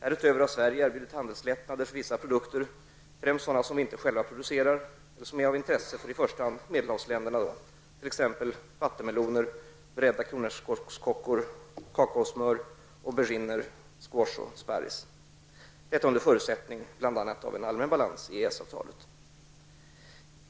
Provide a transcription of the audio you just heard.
Härutöver har Sverige erbjudit handelslättnader för vissa produkter, främst sådana som vi inte själva producerar eller som är av intresse för i första hand medelhavsländerna t.ex. vattenmeloner, beredda kronärtskockor, kakaosmör, auberginer, squash och sparris. Detta under förutsättning bl.a. av en allmän balans i EES-avtalet.